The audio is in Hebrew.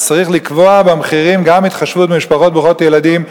אז צריך לקבוע במחירים גם התחשבות במשפחות ברוכות ילדים,